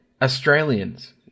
Australians